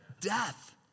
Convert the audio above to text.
Death